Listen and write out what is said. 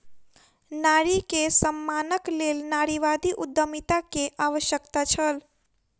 नारी के सम्मानक लेल नारीवादी उद्यमिता के आवश्यकता छल